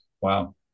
Wow